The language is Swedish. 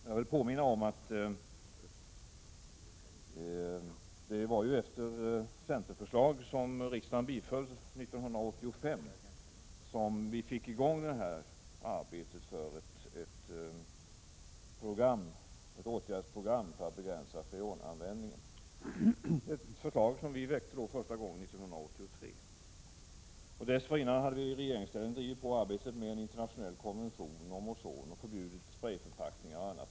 Jag vill påminna om att det var efter centerförslag, som riksdagen biföll 1985, som vi fick i gång arbetet för ett åtgärdsprogram för att begränsa freonanvändningen. Det var ett förslag som vi väckte första gången 1983. Dessförinnan hade vi i regeringsställning drivit på arbetet med en internationell konvention om ozon och förbjudit sprayförpackningar och annat.